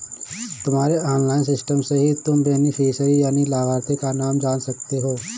तुम्हारे online system से ही तुम बेनिफिशियरी यानि लाभार्थी का नाम जान सकते हो